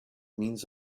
means